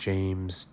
James